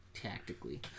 tactically